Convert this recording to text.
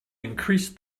increased